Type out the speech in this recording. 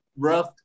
rough